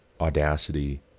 Audacity